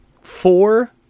Four